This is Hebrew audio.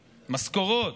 משכורות.